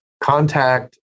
Contact